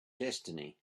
destiny